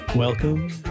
Welcome